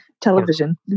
television